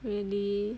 really